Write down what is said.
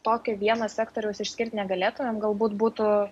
tokio vieno sektoriaus išskirti negalėtumėm galbūt būtų